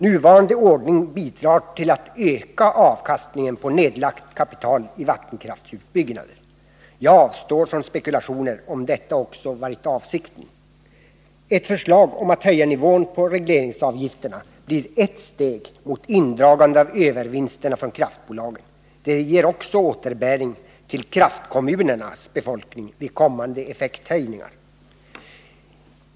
Nuvarande ordning bidrar till att öka avkastningen på nedlagt kapital i vattenkraftsutbyggnader. Jag avstår från spekulationer om huruvida detta också varit avsikten. Ett förslag att höja nivån på regleringsavgifterna blir ett steg mot indragande av övervinsterna från kraftbolagen. Det ger också återbäring till kraftkommunernas befolkning vid kommande effekthöjningar.